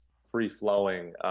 free-flowing